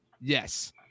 Yes